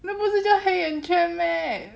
那不是叫黑眼圈 meh